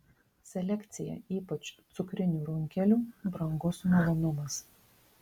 selekcija ypač cukrinių runkelių brangus malonumas